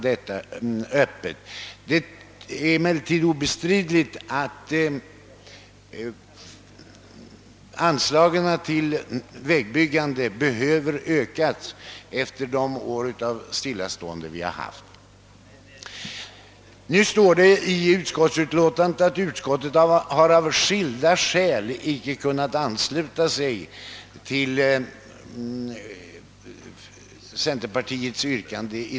Det är emellertid obestridligt att anslagen till vägbyggandet behöver ökas efter de år av stillastående som vi har upplevt. I utskottsutlåtandet står det att utskottet av skilda skäl inte har kunnat ansluta sig till centerpartiets yrkande.